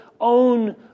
own